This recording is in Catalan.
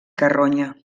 carronya